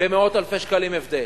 במאות אלפי שקלים הבדל.